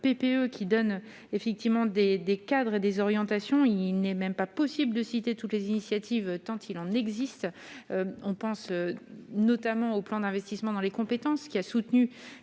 PPE qui donne effectivement des des cadres et des orientations, il n'est même pas possible de citer toutes les initiatives tant il en existe, on pense notamment au plan d'investissement dans les compétences qui a soutenu